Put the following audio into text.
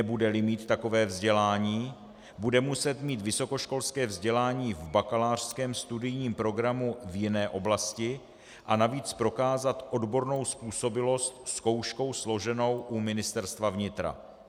Nebudeli mít takové vzdělání, bude muset mít vysokoškolské vzdělání v bakalářském studijním programu v jiné oblasti a navíc prokázat odbornou způsobilost zkouškou složenou u Ministerstva vnitra.